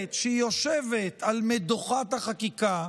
אומרת שהיא יושבת על מדוכת החקיקה,